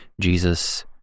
Jesus